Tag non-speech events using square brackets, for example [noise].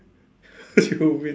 [laughs] you win